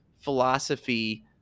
philosophy